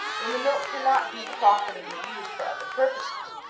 when the milk cannot be profitably used for other purposes.